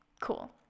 Cool